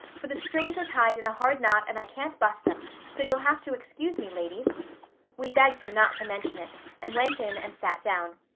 for the strings are tied in a hard knot and i can't bust em, so you'll have to excuse me, ladies we begged him not to mention it and went in and sat down.